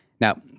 Now